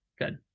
good